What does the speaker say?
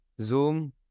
zoom